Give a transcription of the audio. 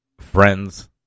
friends